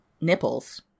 nipples